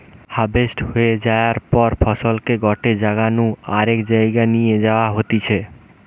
harvest হয়ে যায়ার পর ফসলকে গটে জাগা নু আরেক জায়গায় নিয়ে যাওয়া হতিছে